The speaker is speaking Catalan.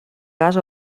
gas